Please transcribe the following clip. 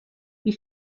wie